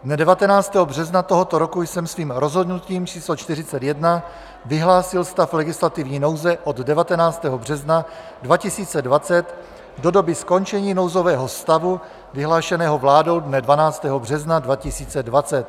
Dne 19. března tohoto roku jsem svým rozhodnutím číslo 41 vyhlásil stav legislativní nouze od 19. března 2020 do doby skončení nouzového stavu vyhlášeného vládou dne 12. března 2020.